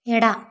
ಎಡ